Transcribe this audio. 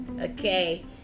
okay